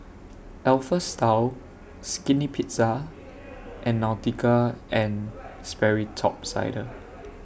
Alpha Style Skinny Pizza and Nautica and Sperry Top Sider